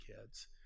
kids